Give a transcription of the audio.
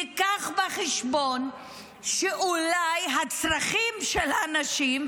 ייקח בחשבון שאולי הצרכים של הנשים,